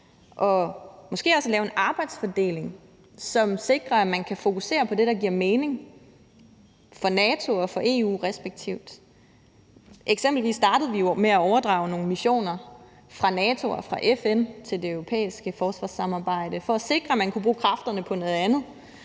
og måske også lave en arbejdsfordeling, som sikrer, at man kan fokusere på det, der giver mening for NATO respektive EU. Eksempelvis startede vi jo med at overdrage nogle missioner fra NATO og fra FN til det europæiske forsvarssamarbejde for at sikre, at man kunne bruge kræfterne på noget andet,